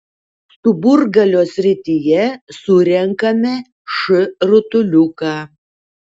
stuburgalio srityje surenkame š rutuliuką